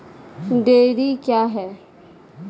Dairy क्या हैं?